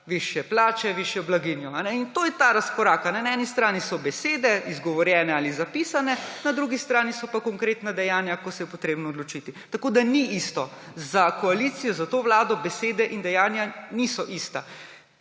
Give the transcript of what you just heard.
višje plače, višjo blaginjo. To je ta razkorak, na eni strani so besede, izgovorjene ali zapisane, na drugi strani so pa konkretna dejanja, ko se je potrebno odločiti. Tako da ni isto, za koalicijo, za to vlado besede in dejanja niso isto.